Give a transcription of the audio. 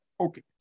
Okay